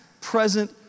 present